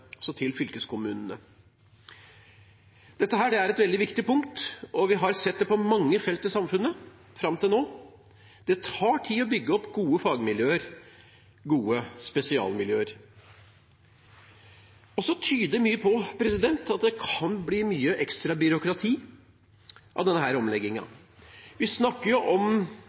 altså til fylkeskommunene. Dette er et veldig viktig punkt, og vi har sett det på mange felt i samfunnet fram til nå. Det tar tid å bygge opp gode fagmiljøer, gode spesialmiljøer. Mye tyder på at det kan bli mye ekstra byråkrati av denne omleggingen. Vi snakker muligens om